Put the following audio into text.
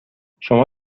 شما